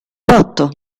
botto